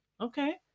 Okay